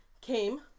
came